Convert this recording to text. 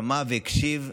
שמע והקשיב ואמר: